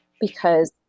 because-